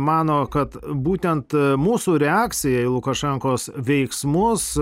mano kad būtent mūsų reakcija į lukašenkos veiksmus